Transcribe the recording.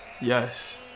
Yes